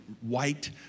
white